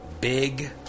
big